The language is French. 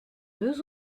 deux